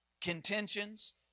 contentions